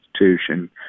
institution